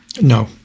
No